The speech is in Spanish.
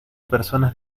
personas